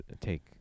take